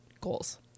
goals